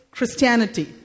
Christianity